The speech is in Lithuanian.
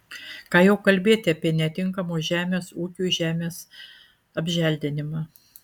ką jau kalbėti apie netinkamos žemės ūkiui žemės apželdinimą